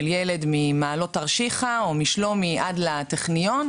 ילד ממעלות תרשיחא או משלומי עד לטכניון,